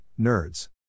nerds